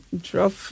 drop